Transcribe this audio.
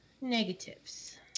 negatives